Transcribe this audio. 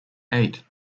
eight